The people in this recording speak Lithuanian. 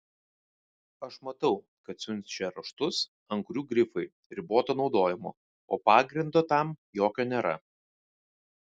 aš matau kad siunčia raštus ant kurių grifai riboto naudojimo o pagrindo tam jokio nėra